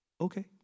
okay